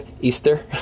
Easter